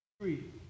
Three